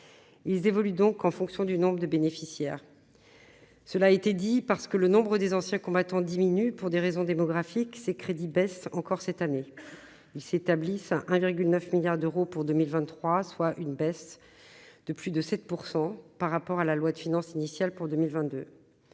ils évoluent donc en fonction du nombre de bénéficiaires, cela a été dit, parce que le nombre des anciens combattants diminue, pour des raisons démographiques, ces crédits baissent encore cette année, ils s'établissent un virgule 9 milliards d'euros pour 2023, soit une baisse de plus de 7 % par rapport à la loi de finances initiale pour 2022